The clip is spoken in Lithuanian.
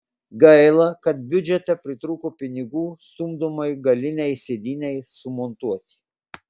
gaila kad biudžete pritrūko pinigų stumdomai galinei sėdynei sumontuoti